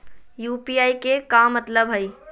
UPI के का मतलब हई?